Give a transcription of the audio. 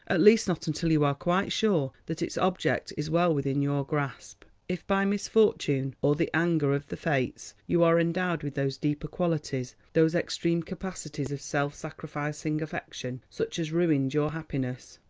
at least not until you are quite sure that its object is well within your grasp. if by misfortune, or the anger of the fates, you are endowed with those deeper qualities, those extreme capacities of self-sacrificing affection, such as ruined your happiness,